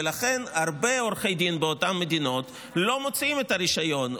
ולכן הרבה עורכי דין באותן מדינות לא מוציאים את הרישיון,